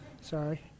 Sorry